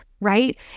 right